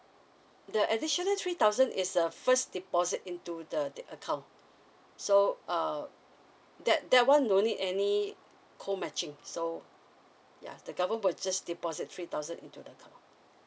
the additional three thousand is a first deposit into the the account so err that that one no need any co matching so yeah the government will just deposit three thousand into the account